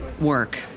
work